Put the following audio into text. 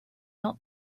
not